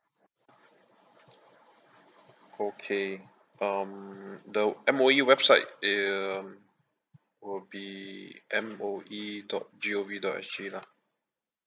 okay um the M_O_E website they um will be M_O_E dot G O V dot S_G lah